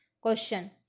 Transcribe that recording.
Question